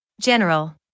General